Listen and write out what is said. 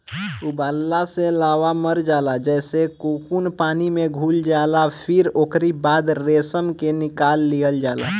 उबालला से लार्वा मर जाला जेसे कोकून पानी में घुल जाला फिर ओकरी बाद रेशम के निकाल लिहल जाला